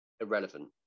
irrelevant